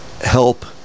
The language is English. help